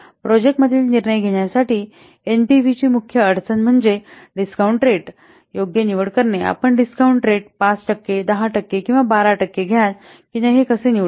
project मधील निर्णय घेण्यासाठी एनपीव्हीची मुख्य अडचण म्हणजे डिस्कॉऊंन्ट रेट योग्य निवड करणे आपण डिस्कॉऊंन्ट रेट 5 टक्के १० टक्के किंवा १२ टक्के घ्याल की नाही हे कसे निवडाल